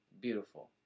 Beautiful